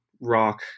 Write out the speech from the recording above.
rock